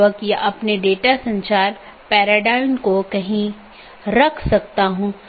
network layer reachability की जानकारी जिसे NLRI के नाम से भी जाना जाता है